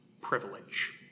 privilege